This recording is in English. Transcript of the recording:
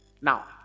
Now